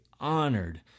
honored